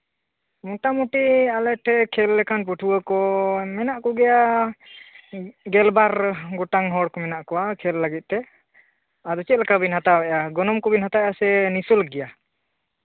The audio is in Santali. ᱢᱳᱴᱟᱢᱩᱴᱤ ᱟᱞᱮ ᱴᱷᱮᱱ ᱠᱷᱮᱞ ᱞᱮᱠᱟᱱ ᱯᱟᱹᱴᱷᱩᱣᱟᱹ ᱠᱚ ᱢᱮᱱᱟᱜ ᱠᱚᱜᱮᱭᱟ ᱜᱮᱞᱵᱟᱨ ᱜᱚᱴᱟᱝ ᱦᱚᱲ ᱠᱚ ᱢᱮᱱᱟᱜ ᱠᱚᱣᱟ ᱠᱷᱮᱞ ᱞᱟᱹᱜᱤᱫ ᱛᱮ ᱟᱫᱚ ᱪᱮᱫ ᱞᱮᱠᱟ ᱵᱤᱱ ᱦᱟᱛᱟᱣᱮᱫᱟ ᱜᱚᱱᱚᱝ ᱠᱚᱵᱤᱱ ᱦᱟᱛᱟᱣ ᱮᱫᱟ ᱥᱮ ᱱᱤᱥᱩᱞᱠᱚ ᱜᱮᱭᱟ